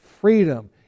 freedom